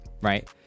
right